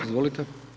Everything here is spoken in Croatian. Izvolite.